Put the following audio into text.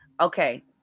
Okay